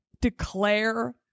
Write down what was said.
declare